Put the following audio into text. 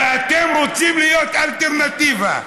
ואתם רוצים להיות אלטרנטיבה.